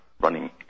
running